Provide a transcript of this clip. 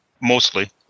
Mostly